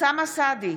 אוסאמה סעדי,